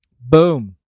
boom